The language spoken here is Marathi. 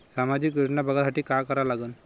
सामाजिक योजना बघासाठी का करा लागन?